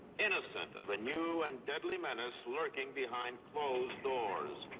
innocent of a new and deadly menace lurking behind closed doors.